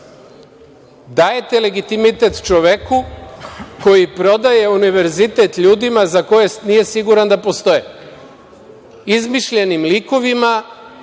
Dajete legitimitet čoveku koji prodaje univerzitet ljudima za koje nije siguran da postoje, izmišljenim likovima